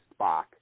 Spock